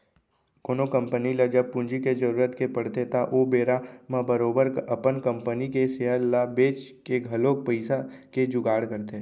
कोनो कंपनी ल जब पूंजी के जरुरत के पड़थे त ओ बेरा म बरोबर अपन कंपनी के सेयर ल बेंच के घलौक पइसा के जुगाड़ करथे